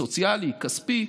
סוציאלי וכספי,